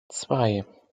zwei